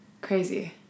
Crazy